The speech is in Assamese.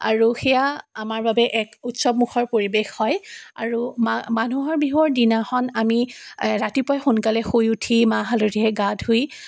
আৰু সেয়া আমাৰ বাবে এক উৎসৱমুখৰ পৰিৱেশ হয় আৰু মা মানুহৰ বিহুৰ দিনাখন আমি ৰাতিপুৱাই সোনকালে শুই উঠি মাহ হালধিৰে গা ধুই